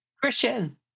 Christian